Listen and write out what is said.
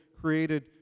created